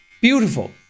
Beautiful